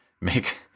make